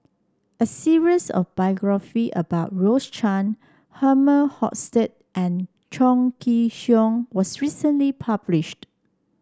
a series of biography about Rose Chan Herman Hochstadt and Chong Kee Hiong was recently published